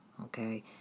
Okay